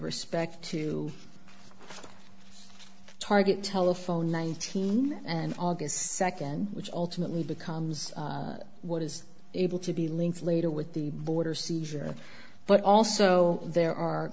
respect to target telephone nineteen and august second which ultimately becomes what is able to be linked later with the border seizure but also there are